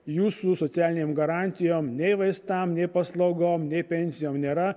jūsų socialinėm garantijom nei vaistam nei paslaugom nei pensijom nėra